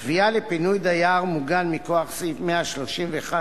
תביעה לפינוי דייר מוגן מכוח סעיף 131